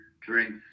drinks